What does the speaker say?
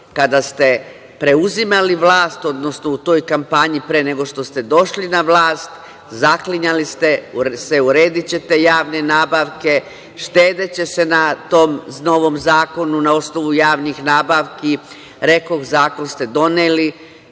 kada ste preuzimali vlast, odnosno u toj kampanji. Pre nego što ste došli na vlast zaklinjali ste se – uredićete javne nabavke, štedeće se na tom novom zakonu na osnovu javnih nabavki. Rekoh, zakon ste doneli,